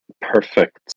perfect